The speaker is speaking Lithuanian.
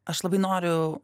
aš labai noriu